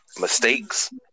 mistakes